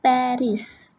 Paris